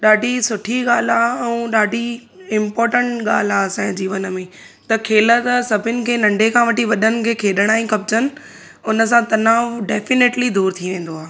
ॾाढी सुठी ॻाल्हि आहे ऐं ॾाढी इंपोटेंट ॻाल्हि आहे असांजे जीवन में त खेल त सभिनि खे नंढे खां वठी वॾनि खे खेॾणा ई खपजनि हुन सां तनाउ डैफिनेटली दूरि थी वेंदो आहे